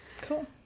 cool